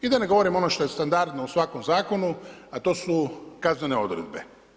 I da ne govorim ono što je standardno u svakom zakonu a to su kaznene odredbe.